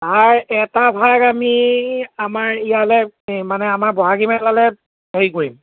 তাৰ এটা ভাগ আমি আমাৰ ইয়ালৈ মানে আমাৰ বহাগী মেলালৈ হেৰি কৰিম